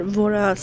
våra